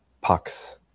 pucks